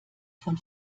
von